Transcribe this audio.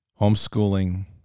homeschooling